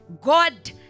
God